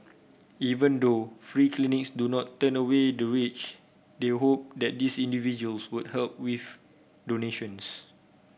even though free clinics do not turn away the rich they hope that these individuals would help with donations